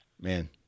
man